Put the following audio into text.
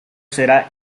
será